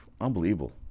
Unbelievable